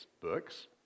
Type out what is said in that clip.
books